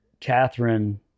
Catherine